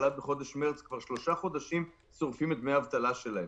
כבר שלושה חודשים שורפים את דמי האבטלה שלהם.